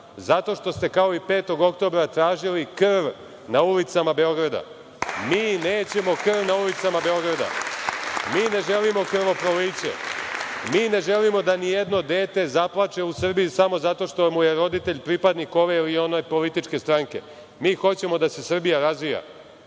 Zato što ste, kao i 5. oktobra, tražili krv na ulicama Beograda. Mi nećemo krv na ulicama Beograda. Mi ne želimo krvoproliće. Mi ne želimo da nijedno dete zaplače u Srbiji samo zato što mu je roditelj pripadnik ove ili one političke stranke. Mi hoćemo da se Srbija razvija.